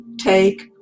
take